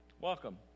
welcome